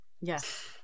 Yes